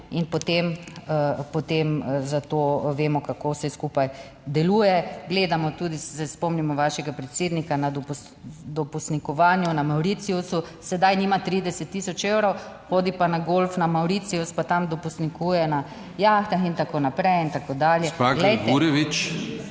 in potem za to vemo kako vse skupaj deluje. Gledamo tudi se spomnimo vašega predsednika na dopustnikovanju na Mauriciusu, sedaj nima 30 tisoč evrov, hodi pa na golf na Mauricius pa tam dopustnikuje na jahtah in tako naprej in tako dalje...